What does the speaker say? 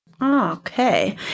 Okay